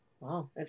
Wow